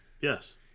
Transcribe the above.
Yes